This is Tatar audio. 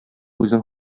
үзең